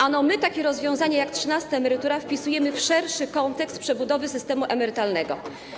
Ano tym, że my takie rozwiązanie jak trzynasta emerytura wpisujemy w szerszy kontekst przebudowy systemu emerytalnego.